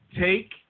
Take